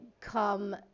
come